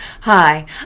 Hi